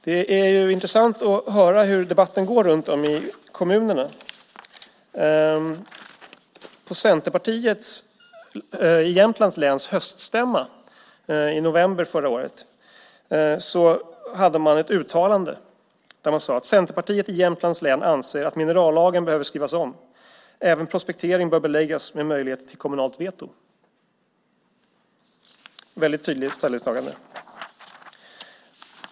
Det är ju intressant att höra hur debatten går runt om i kommunerna. På höststämman för Centerpartiet i Jämtlands län i november förra året hade man ett uttalande. Man sade: Centerpartiet i Jämtlands län anser att minerallagen behöver skrivas om. Även prospektering bör beläggas med möjligheter till kommunalt veto. Det är ett väldigt tydligt ställningstagande.